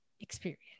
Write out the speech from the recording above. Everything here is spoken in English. experience